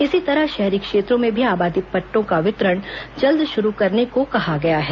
इसी तरह शहरी क्षेत्रों में भी आबादी पट्टों का वितरण जल्द शुरू करने को कहा गया है